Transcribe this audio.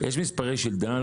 מספרי שילדה?